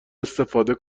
استفاده